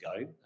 go